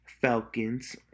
Falcons